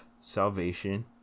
salvation